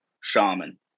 shaman